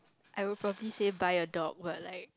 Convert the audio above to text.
I will probably say buy a dog but like